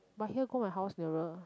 but here go my house nearer